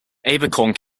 abercorn